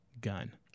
Gun